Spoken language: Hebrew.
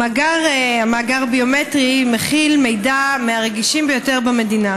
המאגר הביומטרי מכיל מידע מהרגישים ביותר במדינה.